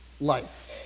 life